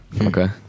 Okay